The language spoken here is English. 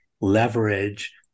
leverage